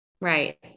right